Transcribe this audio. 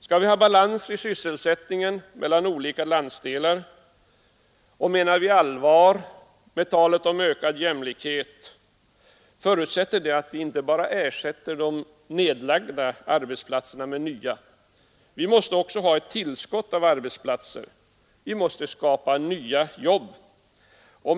Skall vi ha balans i sysselsättningen mellan olika landsdelar och menar vi allvar med talet om ökad jämlikhet, förutsätter det inte bara att vi ersätter gamla nedlagda arbetsplatser med nya. Vi måste också ha ett tillskott av arbetsplatser, vi måste skapa nya jobb.